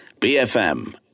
BFM